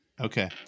Okay